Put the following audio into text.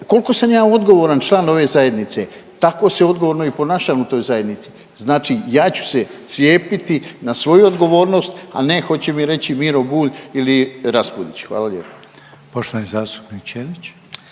Kolko sam ja odgovoran član ove zajednice tako se odgovorno i ponašam u toj zajednici, znači ja ću se cijepiti na svoju odgovornost, a ne hoće mi reći Miro Bulj ili Raspudić. Hvala lijepo.